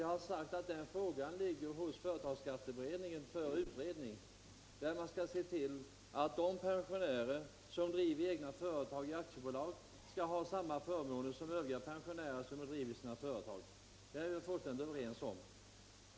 Jag har sagt att frågan befinner sig hos företagsskatteberedningen för utredning, och man skall där se till att de pensionärer som driver egna företag i aktiebolagsform får samma förmåner som Övriga pensionärer som driver företag. Det är vi fullständigt överens om.